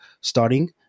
starting